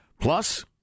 Plus